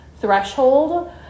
threshold